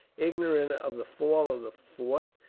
ignorant of the fall of the fort,